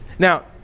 Now